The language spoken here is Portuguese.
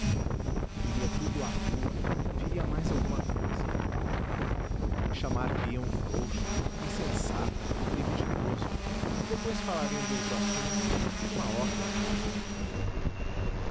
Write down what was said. viria tudo à rua viria mais alguma cousa chamar lhe iam frouxo insensato libidinoso e depois falariam de outro assunto uma ópera por exemplo